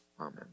Amen